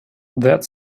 that